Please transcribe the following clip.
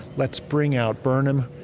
let's bring out burnham.